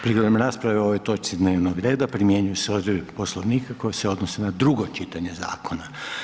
Prigodom raspravi o ovoj točci dnevnog reda primjenjuju se odredbe Poslovnika koje se odnose na drugo čitanje zakona.